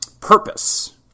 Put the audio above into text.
purpose